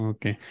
Okay